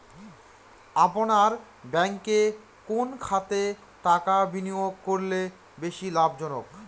আপনার ব্যাংকে কোন খাতে টাকা বিনিয়োগ করলে বেশি লাভজনক?